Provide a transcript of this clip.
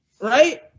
right